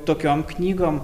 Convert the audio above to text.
tokiom knygom